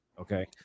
okay